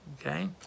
okay